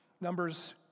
Numbers